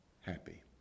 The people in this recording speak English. happy